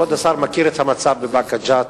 הוועדה הממונה בבאקה-ג'ת.